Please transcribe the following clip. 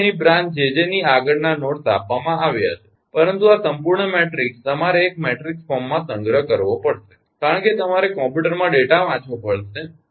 તેથી અહીં બ્રાંચ 𝑗𝑗 ની આગળના નોડ્સ આપવામાં આવ્યા છે પરંતુ આ સંપૂર્ણ મેટ્રિક્સ તમારે એક મેટ્રિક્સ ફોર્મમાં સંગ્રહ કરવો પડશે કારણ કે તમારે કમ્પ્યુટરમાં ડેટા વાંચવો પડશે